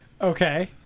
Okay